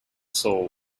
soul